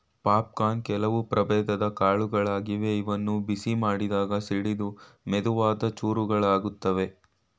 popcorn ಕೆಲವು ಪ್ರಭೇದದ್ ಕಾಳುಗಳಾಗಿವೆ ಇವನ್ನು ಬಿಸಿ ಮಾಡಿದಾಗ ಸಿಡಿದು ಮೆದುವಾದ ಚೂರುಗಳಾಗುತ್ವೆ